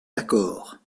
d’accord